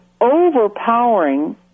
overpowering